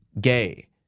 gay